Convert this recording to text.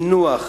מינוח